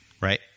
right